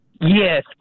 Yes